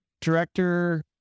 director